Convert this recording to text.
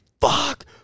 fuck